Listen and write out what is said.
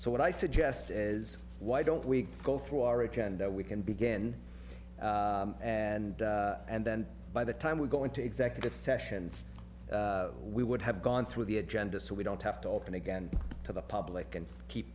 so what i suggest is why don't we go through our agenda we can begin and and then by the time we go into executive session we would have gone through the agenda so we don't have to open again to the public and keep